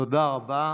תודה רבה.